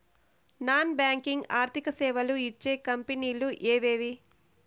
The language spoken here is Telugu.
నాన్ బ్యాంకింగ్ ఆర్థిక సేవలు ఇచ్చే కంపెని లు ఎవేవి?